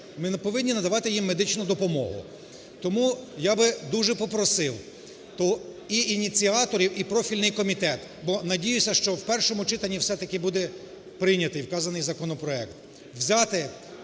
Ми повинні надавати їм медичну допомогу. Тому я би дуже попросив і ініціаторів, і профільний комітет. Бо надіюся, що в першому читанні все-таки буде прийнятий вказаний законопроект, взяти